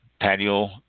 patio